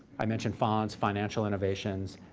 i mentioned fonts, financial innovations,